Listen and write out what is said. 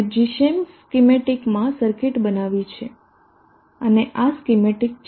મે gschem સ્કીમેટિકમાં circuit બનાવી છે અને આ સ્કીમેટિક છે